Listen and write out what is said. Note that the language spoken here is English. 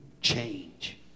change